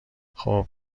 خوب